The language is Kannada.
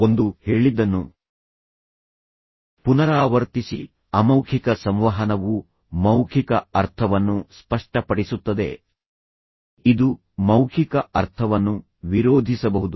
ಒಂದು ಹೇಳಿದ್ದನ್ನು ಪುನರಾವರ್ತಿಸಿ ಅಮೌಖಿಕ ಸಂವಹನವು ಮೌಖಿಕ ಅರ್ಥವನ್ನು ಸ್ಪಷ್ಟಪಡಿಸುತ್ತದೆ ಇದು ಮೌಖಿಕ ಅರ್ಥವನ್ನು ವಿರೋಧಿಸಬಹುದು